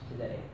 today